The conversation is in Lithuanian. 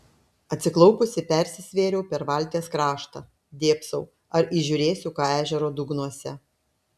atsiklaupusi persisvėriau per valties kraštą dėbsau ar įžiūrėsiu ką ežero dugnuose